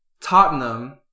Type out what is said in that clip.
Tottenham